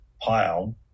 pile